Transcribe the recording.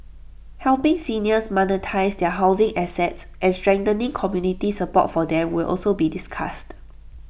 helping seniors monetise their housing assets and strengthening community support for them will also be discussed